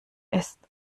ist